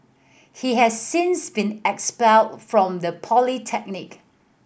he has since been expelled from the polytechnic